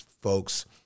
folks